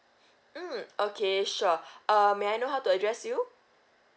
mm okay sure err may I know how to address you